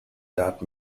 that